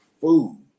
food